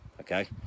okay